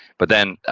but then,